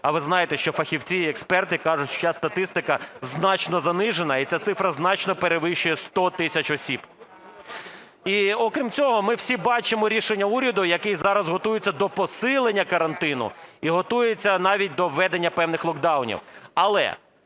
А ви знаєте, що фахівці і експерти кажуть, що ця статистика значно занижена і ця цифра значно перевищує 100 тисяч осіб. І окрім цього, ми всі бачимо рішення уряду, який зараз готується до посилення карантину і готується навіть до введення певних локдаунів.